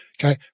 okay